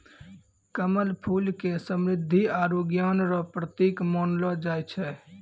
कमल फूल के समृद्धि आरु ज्ञान रो प्रतिक मानलो जाय छै